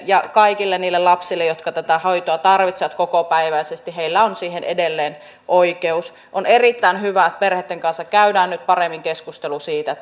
ja kaikilla niillä lapsilla jotka tätä hoitoa tarvitsevat kokopäiväisesti on siihen edelleen oikeus on erittäin hyvä että perheitten kanssa käydään nyt paremmin keskustelua siitä